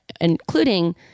including